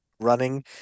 running